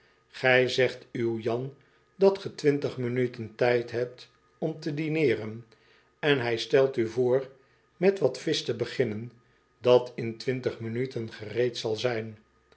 gij zegt uw jan v dat ge twintig minuten tijd hebt om te dineeren en bij stelt u voor met wat visch te beginnen dat in twintig minuten gereed zal zijn